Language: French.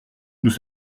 nous